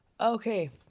Okay